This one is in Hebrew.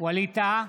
ווליד טאהא,